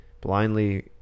blindly